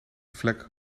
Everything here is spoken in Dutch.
vlek